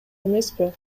эмеспи